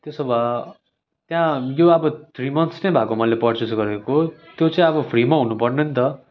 त्यसो भए त्यहाँ यो अब थ्री मन्थ्स चाहिँ भएको मैले पर्चेस गरेको त्यो चाहिँ अब फ्रीमा हुनुपर्ने नि त